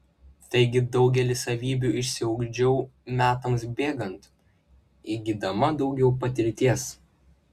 taigi daugelį savybių išsiugdžiau metams bėgant įgydama daugiau patirties